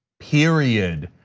period.